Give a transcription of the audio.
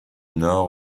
nord